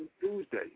Tuesday